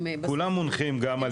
הם בסוף --- כולם מונחים גם על ידנו.